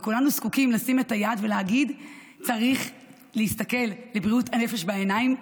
וכולנו זקוקים לשים את היד ולהגיד: צריך להסתכל לבריאות הנפש בעיניים,